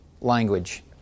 language